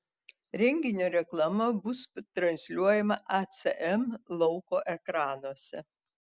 renginio reklama bus transliuojama acm lauko ekranuose